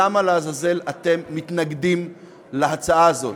למה לעזאזל אתם מתנגדים להצעה הזאת.